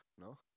No